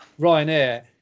Ryanair